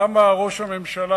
למה ראש הממשלה,